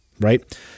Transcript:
right